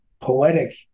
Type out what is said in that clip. poetic